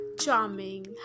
charming